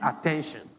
attention